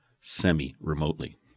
semi-remotely